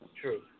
True